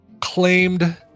claimed